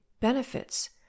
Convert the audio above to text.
benefits